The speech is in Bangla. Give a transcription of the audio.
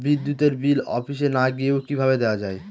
বিদ্যুতের বিল অফিসে না গিয়েও কিভাবে দেওয়া য়ায়?